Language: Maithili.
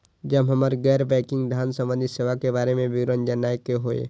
जब हमरा गैर बैंकिंग धान संबंधी सेवा के बारे में विवरण जानय के होय?